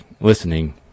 listening